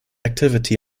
activity